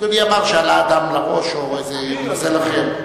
אדוני אמר, העלאת דם לראש, או איזה נוזל אחר.